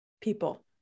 people